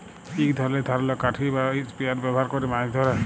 ইক ধরলের ধারালো লাঠি বা ইসপিয়ার ব্যাভার ক্যরে মাছ ধ্যরে